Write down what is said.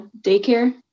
daycare